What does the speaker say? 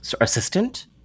assistant